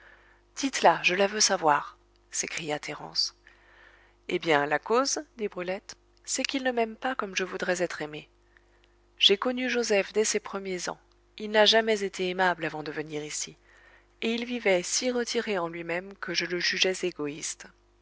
dites-la je la veux savoir s'écria thérence eh bien la cause dit brulette c'est qu'il ne m'aime pas comme je voudrais être aimée j'ai connu joseph dès ses premiers ans il n'a jamais été aimable avant de venir ici et il vivait si retiré en lui-même que je le jugeais égoïste